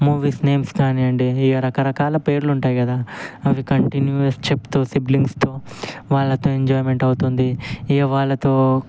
movies names కానీయండి ఈ రకరకాల పేర్లు ఉంటాయి కదా అవి కంటిన్యూయస్ చెప్తూ సిబ్లింగ్స్తో వాళ్ళతో ఎంజాయ్మెంట్ అవుతుంది ఇక వాళ్ళతో